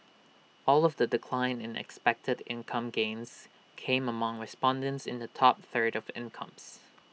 all of the decline in expected income gains came among respondents in the top third of the incomes